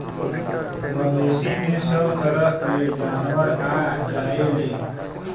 मवेसी में सभ तरह के जानवर आ जायेले